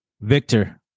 Victor